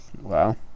Wow